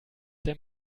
der